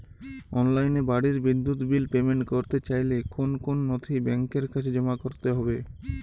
অনলাইনে বাড়ির বিদ্যুৎ বিল পেমেন্ট করতে চাইলে কোন কোন নথি ব্যাংকের কাছে জমা করতে হবে?